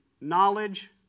knowledge